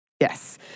Yes